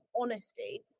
honesty